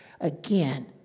again